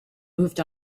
moved